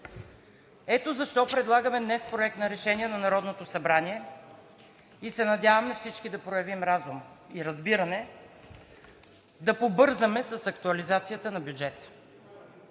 Ето защо днес предлагаме Проект на решение на Народното събрание и се надяваме всички да проявим разум и разбиране да побързаме с актуализацията на бюджета.